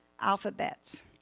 alphabets